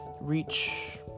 reach